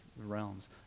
realms